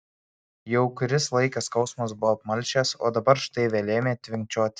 jau kuris laikas skausmas buvo apmalšęs o dabar štai vėl ėmė tvinkčioti